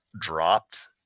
dropped